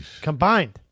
Combined